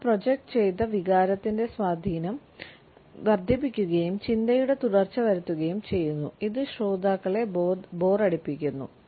അവ പ്രൊജക്റ്റ് ചെയ്ത വികാരത്തിന്റെ സ്വാധീനം വർദ്ധിപ്പിക്കുകയും ചിന്തയുടെ തുടർച്ച വരുത്തുകയും ചെയ്യുന്നു ഇത് ശ്രോതാക്കളെ ബോറടിപ്പിക്കുന്നു